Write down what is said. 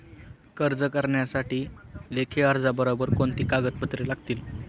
कर्ज करण्यासाठी लेखी अर्जाबरोबर कोणती कागदपत्रे लागतील?